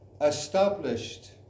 established